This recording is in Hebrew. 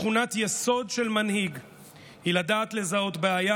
תכונת יסוד של מנהיג היא לדעת לזהות בעיה